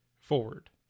forward